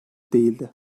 değildi